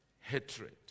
hatred